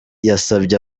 yasabye